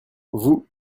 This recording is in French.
vous